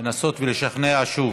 לנסות ולשכנע שוב.